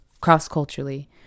cross-culturally